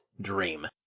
dream